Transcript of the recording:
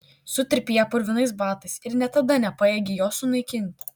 sutrypei ją purvinais batais ir net tada nepajėgei jos sunaikinti